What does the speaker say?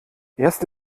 erst